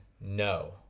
No